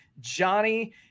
Johnny –